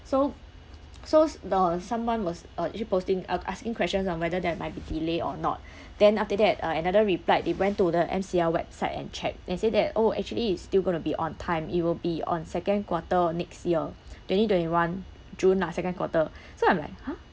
so so the someone was uh actually posting uh asking questions on whether there might be delay or not then after that uh another replied they went to the N_C_R website and check and say that oh actually it's still going to be on time it will be on second quarter of next year twenty twenty one june lah second quarter so I'm like !huh!